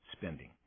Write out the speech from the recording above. spending